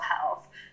health